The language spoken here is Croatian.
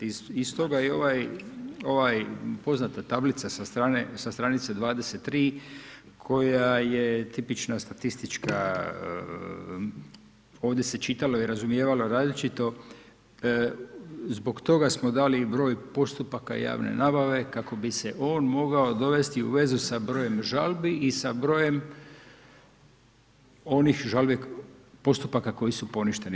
Iz toga je ovaj, ovaj poznata tablica sa strane, sa stranice 23. koja je tipična statistička, ovdje se čitalo i razumijevalo različito zbog toga smo dali i broj postupaka javne nabave kako bi se on mogao dovesti u vezu sa brojem žalbi i sa brojem onih žalbenih postupaka koji su poništeni.